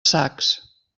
sacs